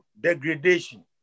degradation